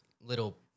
little